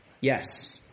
Yes